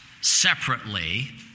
separately